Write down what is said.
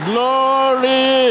Glory